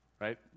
right